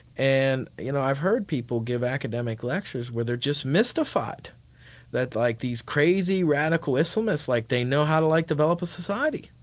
and you know i've heard people give academic lectures where they're just mystified that like these crazy radical islamists, like they know how to like develop a society.